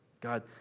God